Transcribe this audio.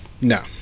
No